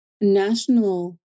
national